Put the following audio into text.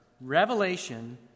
Revelation